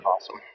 awesome